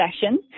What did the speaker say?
session